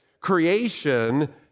creation